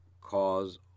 cause